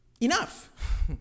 enough